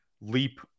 leap